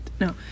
No